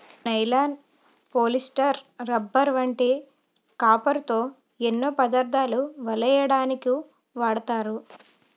nylon, polyester, rubber వంటి కాపరుతో ఎన్నో పదార్ధాలు వలెయ్యడానికు వాడతారు